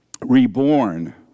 reborn